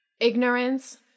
ignorance